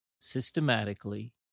systematically